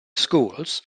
schools